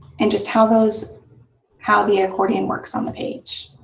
and just how those how the accordion works on the page.